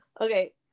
Okay